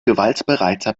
gewaltbereiter